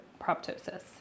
proptosis